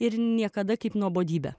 ir niekada kaip nuobodybę